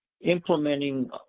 implementing